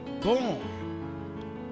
born